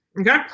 Okay